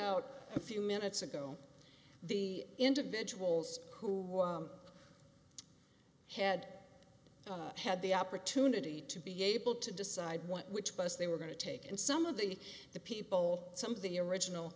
out a few minutes ago the individuals who had had the opportunity to be able to decide which bus they were going to take and some of the people some of the original